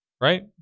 Right